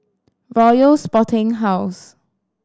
Royal Sporting House